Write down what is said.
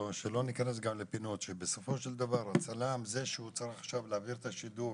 שלא ניכנס גם לפינות שסופו של דבר הצלם הוא זה שצריך להעביר את השידור